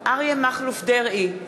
אריה מכלוף דרעי,